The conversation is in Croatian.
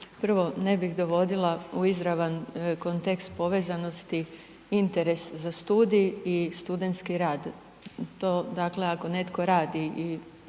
Prvo ne bih dovodila u izravan kontekst povezanost i interes za studij i studentski rad. To dakle ako netko radi